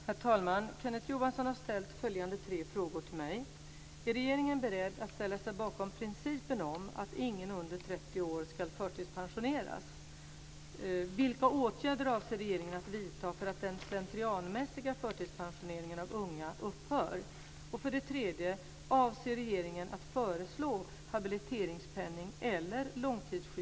Herr talman! Kenneth Johansson har ställt följande tre frågor till mig.